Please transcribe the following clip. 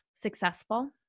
successful